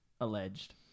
alleged